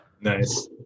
Nice